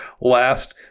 last